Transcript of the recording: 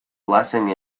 blessing